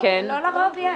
לא לרוב יש.